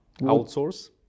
outsource